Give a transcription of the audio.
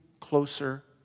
closer